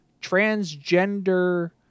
transgender